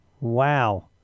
Wow